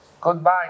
goodbye